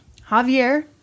Javier